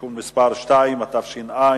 (תיקון מס' 2) (ביטול התיישנות), התש"ע 2010,